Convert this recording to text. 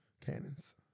cannons